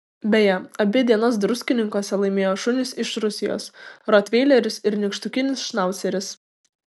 beje abi dienas druskininkuose laimėjo šunys iš rusijos rotveileris ir nykštukinis šnauceris